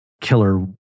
killer